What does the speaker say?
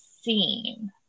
seen